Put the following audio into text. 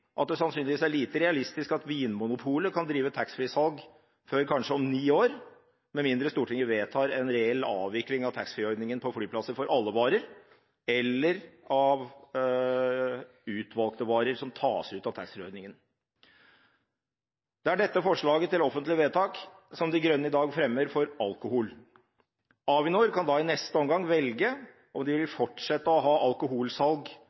at det sannsynligvis er lite realistisk at Vinmonopolet kan drive taxfree-salg før om kanskje ni år, med mindre Stortinget vedtar en reell avvikling av taxfree-ordningen på flyplasser for alle varer eller av utvalgte varer som tas ut av taxfree-ordningen. Det er dette forslaget til offentlig vedtak som Miljøpartiet De Grønne i dag fremmer for alkohol. Avinor kan da i neste omgang velge om de vil fortsette å ha alkoholsalg